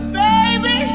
baby